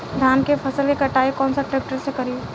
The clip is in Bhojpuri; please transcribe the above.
धान के फसल के कटाई कौन सा ट्रैक्टर से करी?